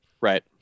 Right